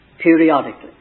periodically